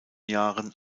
jahren